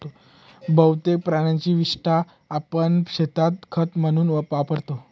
बहुतेक प्राण्यांची विस्टा आपण शेतात खत म्हणून वापरतो